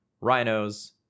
rhinos